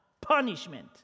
Punishment